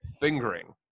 fingering